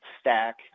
stack